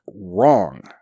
wrong